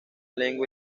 lengua